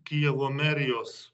kijevo merijos